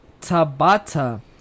Tabata